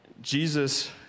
Jesus